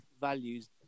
values